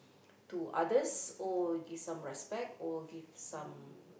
to others or give some respect or give some